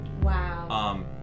Wow